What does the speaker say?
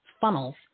funnels